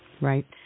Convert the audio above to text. Right